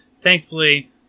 Thankfully